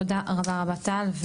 תודה רבה, טל.